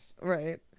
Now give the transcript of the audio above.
right